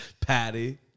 Patty